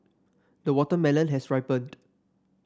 the watermelon has ripened